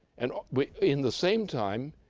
and in the same time,